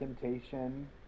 temptation